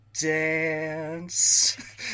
dance